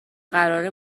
قرار